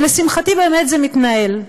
ולשמחתי, באמת זה מתנהל.